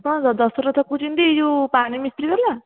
ହଁ ଦଶରଥ କହୁଛନ୍ତି ଏହି ଯେଉଁ ପାଣି ମିସ୍ତ୍ରୀ ବାଲା